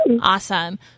Awesome